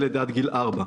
ילד עד גיל 5,